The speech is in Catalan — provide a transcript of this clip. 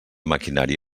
maquinari